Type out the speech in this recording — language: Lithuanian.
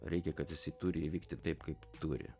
reikia kad jisai turi įvykti taip kaip turi